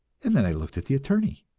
and then i looked at the attorney.